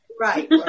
right